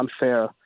unfair